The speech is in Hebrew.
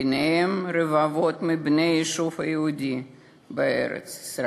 וביניהם רבבות מבני היישוב היהודי בארץ-ישראל.